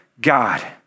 God